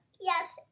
Yes